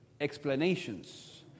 explanations